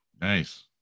Nice